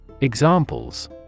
Examples